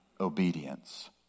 obedience